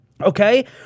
Okay